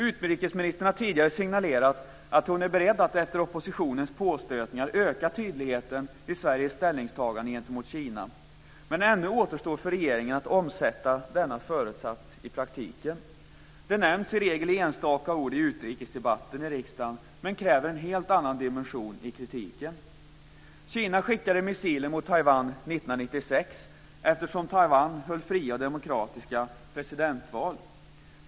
Utrikesministern har tidigare signalerat att hon är beredd att efter oppositionens påstötningar öka tydligheten i Sveriges ställningstagande gentemot Kina. Men ännu återstår för regeringen att omsätta denna föresats i praktiken. Det nämns i regel i enstaka ord i utrikesdebatten i riksdagen men kräver en helt annan dimension i kritiken. Kina skickade missiler mot Taiwan 1996 eftersom Taiwan höll fria demokratiska presidentval.